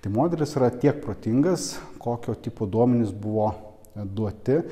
kai moteris yra tiek protingas kokio tipo duomenys buvo duoti